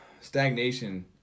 stagnation